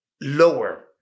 lower